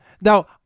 Now